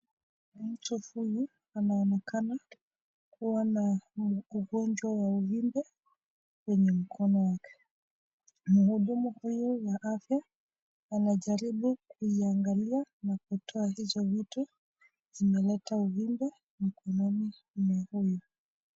Mtu huu anaonekana kuwa na ugonjwa wa uvimbe kwenye mkono wake. Mhudumu huyo wa afya anajaribu kuiangalia na kutoa hizo vitu zimeleta uvimbe mkononi mwa huyo.